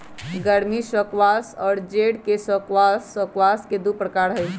गर्मी स्क्वाश और जेड के स्क्वाश स्क्वाश के दु प्रकार हई